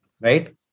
right